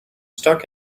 stuck